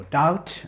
doubt